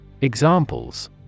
Examples